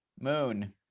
moon